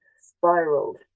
spiraled